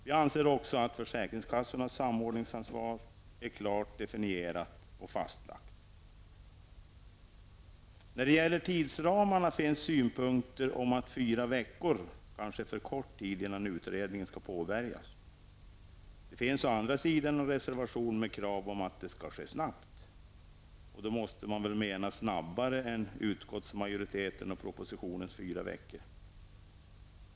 Vi anser också att försäkringskassornas samordningsansvar är klart definierat och fastlagt. Beträffande tidsramarna finns det synpunkter på att fyra veckor kanske är för kort tid innan utredningen skall påbörjas. Det finns å andra sidan en reservation med krav om att det skall ske snabbt. Man måste väl då mena snabbare än de fyra veckor som utskottsmajoriteten föreslår.